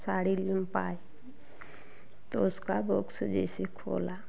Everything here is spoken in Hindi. साड़ी लुम पाय तो उसका बोक्स जैसे खोला